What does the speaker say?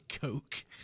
Coke